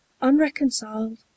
Unreconciled